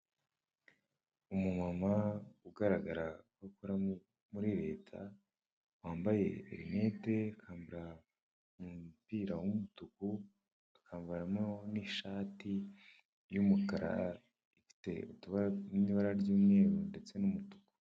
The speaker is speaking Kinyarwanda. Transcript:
Umuma ugaragara ko akora muri leta wambaye linete, akambara umupira w'umutuku, akambaramo n'ishati y'umukara ifite n'ibara ry'umweru ndetse n'umutuku.